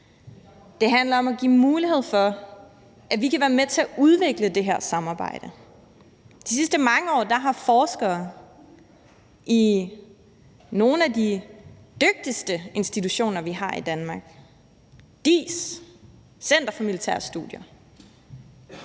Det handler om at give mulighed for, at vi kan være med til at udvikle det her samarbejde. De sidste mange år har forskere i nogle af de dygtigste institutioner, vi har i Danmark, DIIS, Center for Militære Studier,